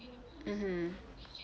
mmhmm